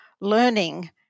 learning